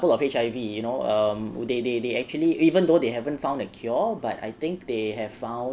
of H_I_V you know um they they they actually even though they haven't found a cure but I think they have found